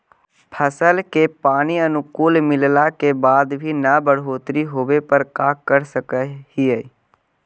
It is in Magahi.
फसल के पानी अनुकुल मिलला के बाद भी न बढ़ोतरी होवे पर का कर सक हिय?